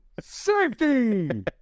Safety